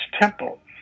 temple